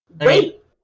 wait